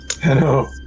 Hello